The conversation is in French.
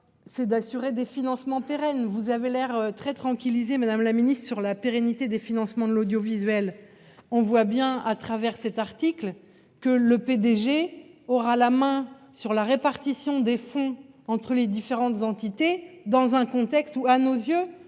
c'est d'assurer des financements pérennes. Vous avez l'air très tranquilliser Madame la Ministre sur la pérennité des financements de l'audiovisuel. On voit bien à travers cet article que le PDG aura la main sur la répartition des fonds entre les différentes entités. Es dans un contexte où à nos yeux